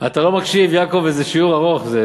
אתה לא מקשיב, יעקב, וזה שיעור ארוך.